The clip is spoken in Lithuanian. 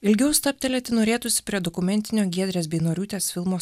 ilgiau stabtelėti norėtųsi prie dokumentinio giedrės beinoriūtės filmo